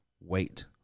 wait